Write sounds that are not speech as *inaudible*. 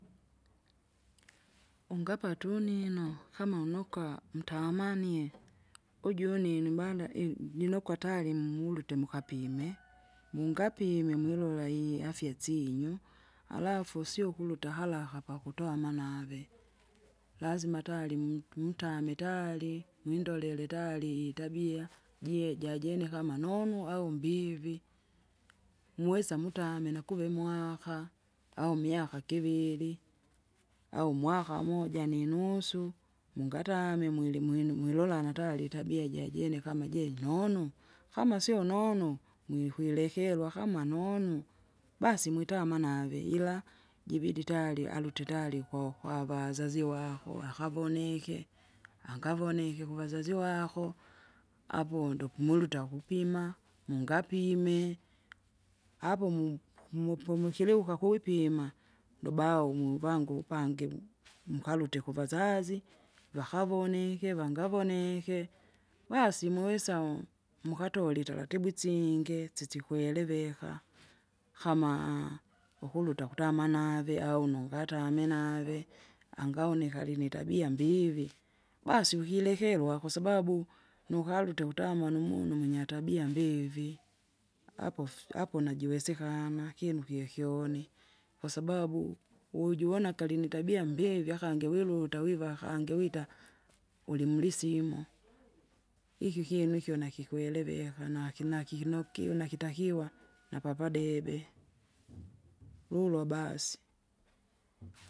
*noise* ungapata unino, kama unoka mtamanie *noise* uju unini bwanda elu- ninokwa atalimu mulute mkuapime, *noise* mungapime mwilola iafya syinyu. Halafu sio kuluta haraka pakutoa amanave *noise* lazima atalimutu mutame tari windolele tari itabia jie jajene kma nonu au mbivi. Mwesa mutame nakuve mwakaau miaka kiviri. au mwaka moja ninusu, mungatame mwili mwini mwilola natari itabia jajene kam jene nonu, kama sio nonu mwikwilekerwa kama nonu, basi mwitama nave ila jibidi tayari aluti tayari kokwavazazi wako akagoneke, angavoneke kuvazazi wako, apo ndokumuluta kupima, mungapime, apo mu- mupumukiliuka kuipima? ndubao muvangu uvupange m- mkalute kuvazazi, vakavoneke vangavoneke basi muwisao mukatole itaritu isingi sisikwereveka. Kama *noise* ukuruta kutama nave au nukatame nave. Angaune kalinitabia mbivi, basi ukilekerwa kwasaba mikalute kutama numunu mwinyatabia tabia mbivi, apo fi apo najiwesekana kinu kyokyoni. Kwasababu ujuwona kalinitabia mbyevye akangi wiluta wiva akange wita, ulimulisimo *noise* iki ikyino ikyo nikikweleveka naki nakiki nokiona kitakiwa *noise* napapadebe, *noise* lulo basi.